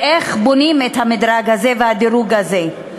ואיך בונים את המדרג הזה והדירוג הזה.